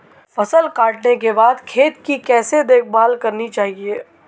फसल काटने के बाद खेत की कैसे देखभाल करनी चाहिए?